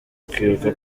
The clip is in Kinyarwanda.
kwibuka